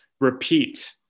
repeat